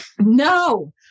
No